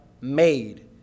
made